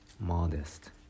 modest